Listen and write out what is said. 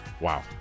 Wow